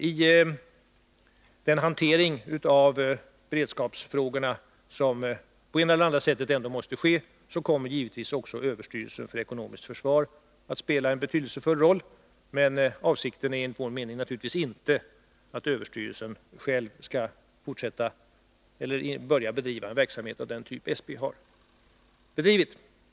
I den hantering av beredskapsfrågorna som på ena eller andra sättet ändå måste ske kommer givetvis också överstyrelsen för ekonomiskt försvar att spela en betydelsefull roll, men avsikten är enligt vår mening naturligtvis inte att överstyrelsen själv skall börja bedriva en verksamhet av den typ som Svenska Petroleum har bedrivit.